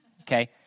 okay